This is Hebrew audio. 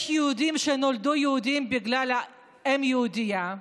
יש יהודים שנולדו יהודים בגלל אם יהודייה,